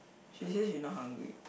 she say she not hungry